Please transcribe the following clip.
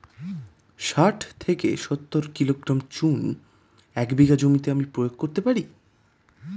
শাঠ থেকে সত্তর কিলোগ্রাম চুন এক বিঘা জমিতে আমি প্রয়োগ করতে পারি?